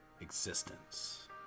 existence